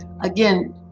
Again